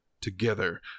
Together